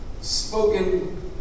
spoken